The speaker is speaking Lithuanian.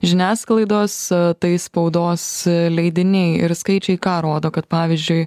žiniasklaidos tai spaudos leidiniai ir skaičiai ką rodo kad pavyzdžiui